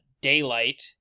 daylight